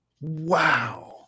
Wow